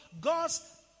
God's